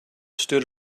stood